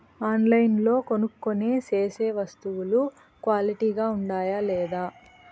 ఆన్లైన్లో కొనుక్కొనే సేసే వస్తువులు క్వాలిటీ గా ఉండాయా లేదా?